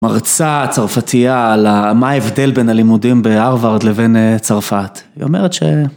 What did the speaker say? מרצה צרפתייה על מה ההבדל בין הלימודים בהארווארד לבין צרפת. היא אומרת ש...